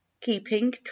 keeping